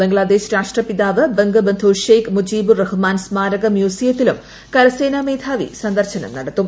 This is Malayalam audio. ബംഗ്ലാദേശ് രാഷ്ട്രപിതാവ് ബംഗബന്ധു ഷെയ്ഖ് മുജിബുർ റഹ്മാൻ സ്മാരക മ്യൂസിയത്തിലും കരസേനാ മേധാവി സന്ദർശനം നടത്തും